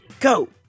go